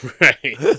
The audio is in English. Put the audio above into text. Right